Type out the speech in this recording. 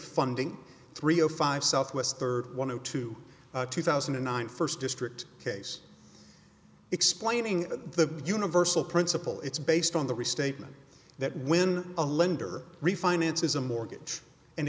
funding three o five southwest third one and two two thousand and nine first district case explaining the universal principle it's based on the restatement that when a lender refinances a mortgage and